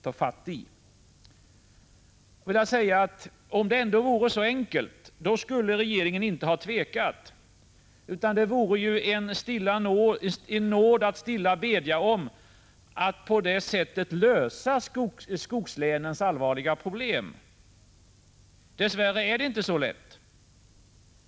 Om det vore så enkelt som här har gjorts gällande, skulle regeringen inte ha tvekat. Det vore en nåd att stilla bedja om att på det sättet kunna lösa skogslänens allvarliga problem. Dess värre är det inte så lätt.